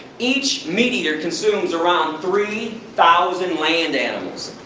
each meat eater consumes around three thousand land animals,